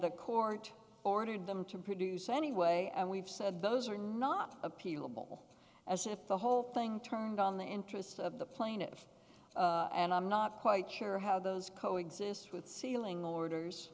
the court ordered them to produce anyway and we've said those are not appealable as if the whole thing turned on the interest of the plaintiffs and i'm not quite sure how those coexist with sealing the orders